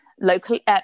locally